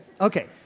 Okay